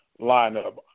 lineup